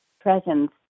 presence